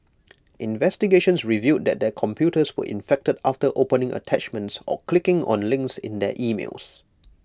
investigations revealed that their computers were infected after opening attachments or clicking on links in their emails